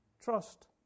Trust